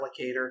allocator